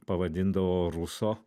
pavadindavo ruso